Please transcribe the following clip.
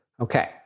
Okay